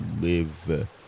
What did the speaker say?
live